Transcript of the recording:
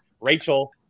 Rachel